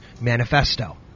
manifesto